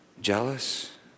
jealous